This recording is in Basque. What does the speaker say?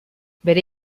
bere